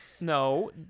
No